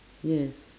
yes